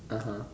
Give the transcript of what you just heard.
(uh huh)